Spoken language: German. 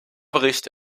bericht